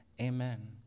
Amen